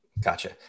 gotcha